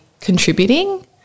contributing